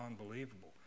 unbelievable